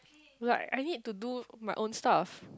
like I need to do my own stuff